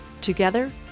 Together